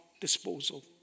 disposal